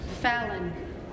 Fallon